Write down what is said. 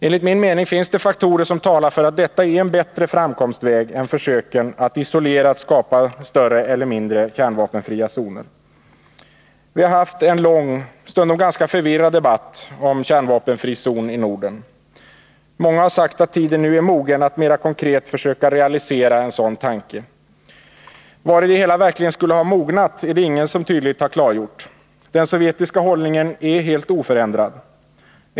Enligt min mening finns det faktorer som talar för att detta är en bättre framkomstväg än försöken att isolerat skapa större eller mindre kärnvapenfria zoner. Vi har haft en lång, stundom ganska förvirrad, debatt om en kärnvapenfri Nr 99 zon i Norden. Torsdagen den Många har sagt att tiden nu är mogen att mera konkret försöka realiseraen 19 mars 1981 sådan tanke. Vari det hela verkligen skulle ha mognat är det ingen som tydligt har klargjort. Den sovjetiska hållningen är helt oförändrad.